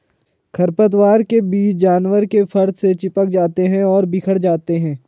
खरपतवार के बीज जानवर के फर से चिपक जाते हैं और बिखर जाते हैं